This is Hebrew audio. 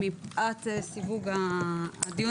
מפאת סיווג הדיון הזה,